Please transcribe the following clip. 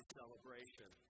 celebration